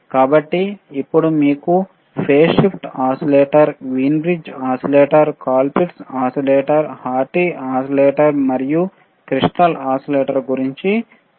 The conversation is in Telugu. కాబట్టి ఇప్పుడు మీకు phase shift oscillator Wien bridge oscillator Colpitts oscillator Hartley oscillator మరియు క్రిస్టల్ ఓసిలేటర్ గురించి తెలుసు